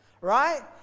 right